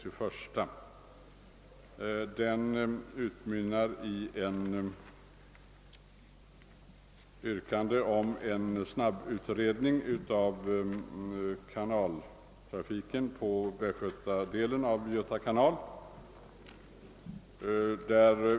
I motionerna yrkas på en snabb utredning av kanaltrafiken på Göta kanals västgötadel.